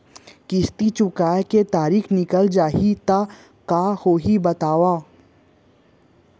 किस्ती चुकोय के तारीक निकल जाही त का होही बताव?